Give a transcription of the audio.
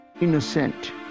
innocent